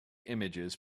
images